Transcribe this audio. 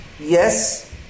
Yes